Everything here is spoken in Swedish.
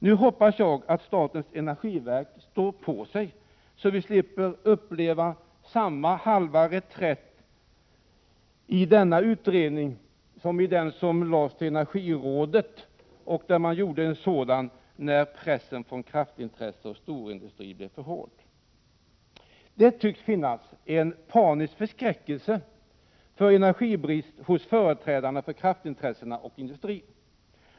Nu hoppas jag att statens energiverk står på sig, så vi när det gäller denna utredning slipper uppleva samma halva reträtt som i en utredning som lades fram för energirådet. Den gången blev pressen från kraftintressen och storindustri för hård. Det tycks finnas en panisk förskräckelse för energibrist hos företrädarna för kraftintressena och industrin.